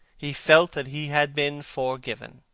he felt that he had been forgiven.